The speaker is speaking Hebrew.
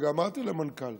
וגם אמרתי למנכ"ל,